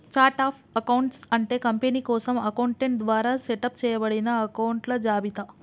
chart of accounts అంటే company కోసం accountant ద్వారా సెటప్ చేయబడిన అకొంట్ల జాబితా